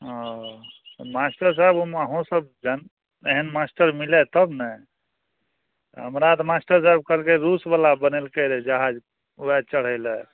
ओ master साहेब ओहिमे अहूॅंसब सन एहेन मास्टर मिलए तब ने हमरा तऽ मास्टर साहेब कहलकै रूस बला बनेलकै रहै जहाज वहए चढ़ैलए